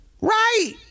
Right